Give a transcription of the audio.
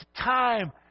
time